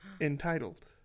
entitled